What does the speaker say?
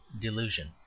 delusion